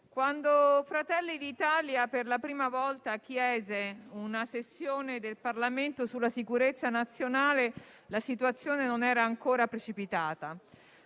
quando Fratelli d'Italia per la prima volta chiese una sessione del Parlamento sulla sicurezza nazionale, la situazione non era ancora precipitata.